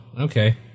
Okay